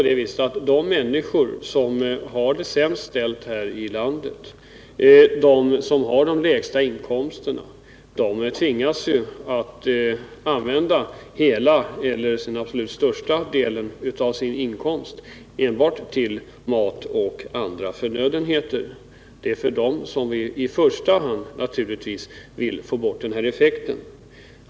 De människor som har det sämst ställt här i landet, som har de lägsta inkomsterna, tvingas faktiskt att använda hela eller absolut största delen av sin inkomst enbart till mateller andra förnödenheter. Det är naturligtvis i första hand för dem som vi vill få bort den här effekten.